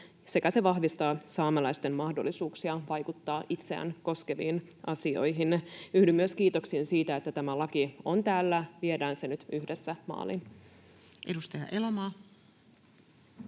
sekä se vahvistaa saamelaisten mahdollisuuksia vaikuttaa itseään koskeviin asioihin. Yhdyn myös kiitoksiin siitä, että tämä laki on täällä. Viedään se nyt yhdessä maaliin. [Speech 60]